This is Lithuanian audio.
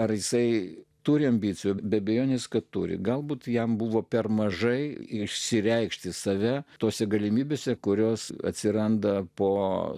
ar jisai turi ambicijų be abejonės kad turi galbūt jam buvo per mažai išsireikšti save tose galimybėse kurios atsiranda po